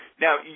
Now